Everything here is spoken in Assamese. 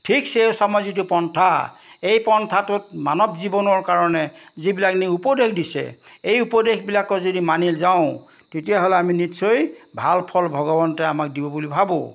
ঠিক শেষামৰ যিটো পন্থা এই পন্থাটোত মানৱ জীৱনৰ কাৰণে যিবিলাক নি উপদেশ দিছে এই উপদেশবিলাকৰ যদি মানি যাওঁ তেতিয়াহ'লে আমি নিশ্চয় ভাল ফল ভগৱন্তই আমাক দিব বুলি ভাবোঁ